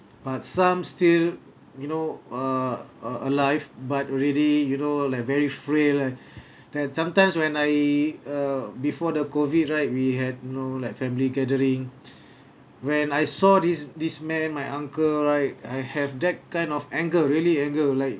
but some still you know uh a~ alive but already you know like very frail and that sometimes when I uh before the COVID right we had know like family gathering when I saw this this man my uncle right I have that kind of anger really anger like